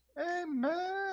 Amen